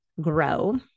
Grow